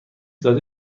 داده